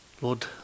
Lord